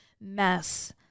mess